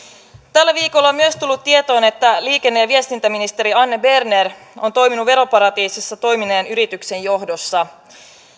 tällä viikolla on myös tullut tietoon että liikenne ja viestintäministeri anne berner on toiminut veroparatiisissa toimineen yrityksen johdossa